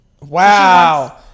wow